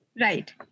right